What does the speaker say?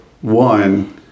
One